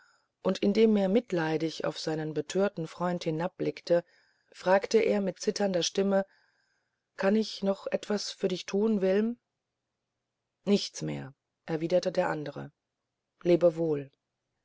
und indem er mitleidig auf seinen betörten freund hinabblickte fragte er mit zitternder stimme kann ich noch etwas für dich tun wilm nichts mehr erwiderte der andere lebe wohl